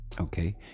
Okay